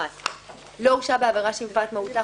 לא הורשע בעבירה שמפאת מהותה,